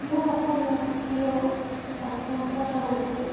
মোৰ অসমীয়া প্ৰিয় বাক্যাংশ এটা হৈছে